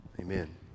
Amen